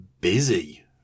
busy